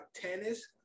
tennis